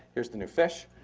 here's the new fish.